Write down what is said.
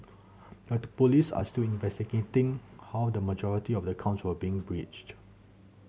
the police are still investigating how the majority of the accounts were breached